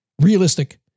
realistic